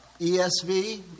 ESV